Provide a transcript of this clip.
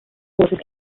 causes